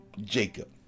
Jacob